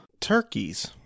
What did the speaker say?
turkeys